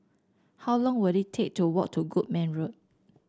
how long will it take to walk to Goodman Road